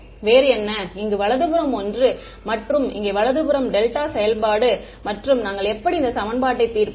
வேறு என்ன இங்கே வலது புறம் ஒன்று மற்றும் இங்கே வலது புறம் டெல்டா செயல்பாடு மற்றும் நாங்கள் எப்படி இந்த சமன்பாட்டை தீர்ப்போம்